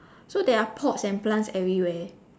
so there are pots and plants everywhere